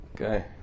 Okay